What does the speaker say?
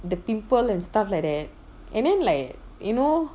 the pimple and stuff like that and then like you know